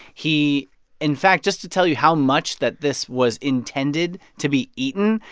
he in fact, just to tell you how much that this was intended to be eaten,